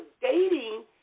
dating